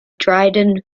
dryden